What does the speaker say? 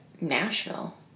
Nashville